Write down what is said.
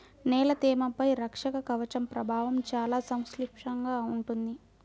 నేల తేమపై రక్షక కవచం ప్రభావం చాలా సంక్లిష్టంగా ఉంటుంది